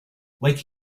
like